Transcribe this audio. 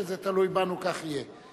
ככל שזה תלוי בנו, כך יהיה.